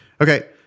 Okay